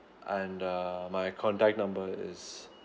and uh my contact number is